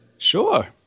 sure